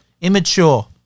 Immature